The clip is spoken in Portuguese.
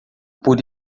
por